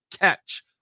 catch